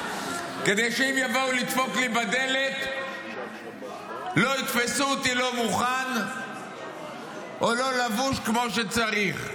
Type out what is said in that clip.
שאם יבואו לדפוק לי בדלת לא יתפסו אותי לא מוכן או לא לבוש כמו שצריך.